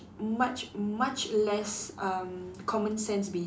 much much less um common sense based